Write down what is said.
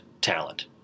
talent